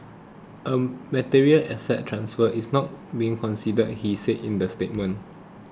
a material asset transfer is not being considered he said in the statement